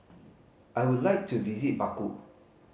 I would like to visit Baku